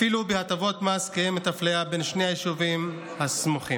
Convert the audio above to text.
אפילו בהטבות מס קיימת אפליה בין שני היישובים הסמוכים.